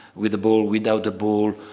with the ball, without the ball,